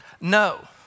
no